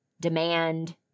demand